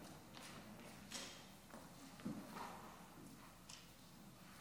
קודם כול,